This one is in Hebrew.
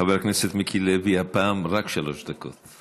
חבר הכנסת מיקי לוי, הפעם רק שלוש דקות.